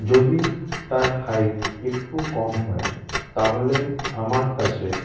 যদি তার হাইট একটু কম হয় তাহলে আমার কাছে